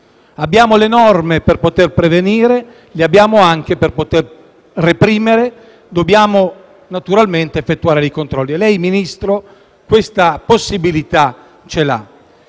Abbiamo le norme per poter prevenire e anche reprimere. Dobbiamo naturalmente effettuare dei controlli. Lei, signor Ministro, questa possibilità ce l'ha.